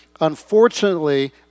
Unfortunately